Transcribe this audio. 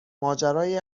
ماجرای